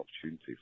opportunity